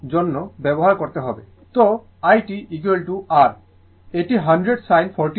সুতরাং i t r এটি 100 sin 40 t